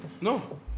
No